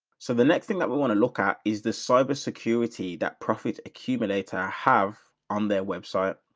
so the next thing that we want to look at is the cyber security that prophet accumulator have on their website.